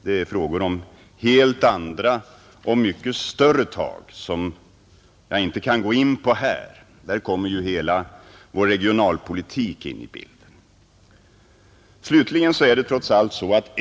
Det är fråga om helt andra och mycket större tag som jag inte här kan gå in på. Där kommer hela vår regionalpolitik in i bilden.